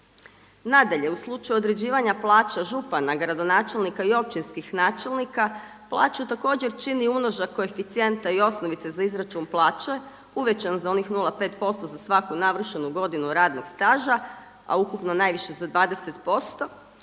Nadalje, u slučaju određivanja plaća župana, gradonačelnika i općinskih načelnika plaću također čini umnožak koeficijenta i osnovice za izračun plaće uvećan za onih 0,5% za svaku navršenu godinu radnog staža a ukupno najviše za 20%